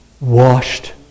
washed